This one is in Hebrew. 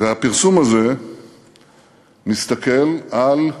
והפרסום הזה מסתכל על,